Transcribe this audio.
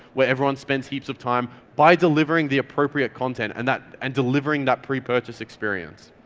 where everyone spends heaps of time by delivering the appropriate content and that and delivering that pre-purchase experience.